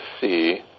see